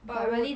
but I would